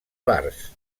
bars